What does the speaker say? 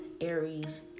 aries